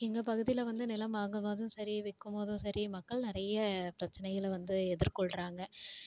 எங்கள் பகுதியில் நிலம் வாங்கும் போதும் சரி விற்கும் போதும் சரி மக்கள் நிறைய பிரச்சனைகளை வந்து எதிர்கொள்கிறாங்க